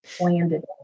landed